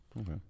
Okay